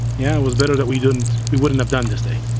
yeah was better that we wouldn't we wouldn't have done this day.